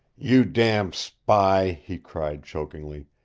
you damned spy! he cried chokingly.